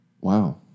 Wow